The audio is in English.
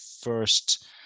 first